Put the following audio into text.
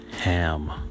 ham